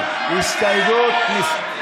1. ההסתייגות (1)